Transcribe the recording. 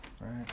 Right